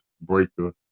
Breaker